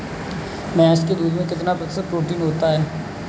भैंस के दूध में कितना प्रतिशत प्रोटीन होता है?